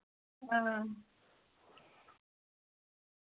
हां